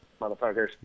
motherfuckers